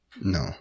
No